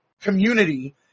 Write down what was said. community